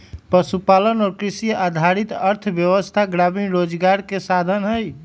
पशुपालन और कृषि आधारित अर्थव्यवस्था ग्रामीण रोजगार के साधन हई